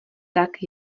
tak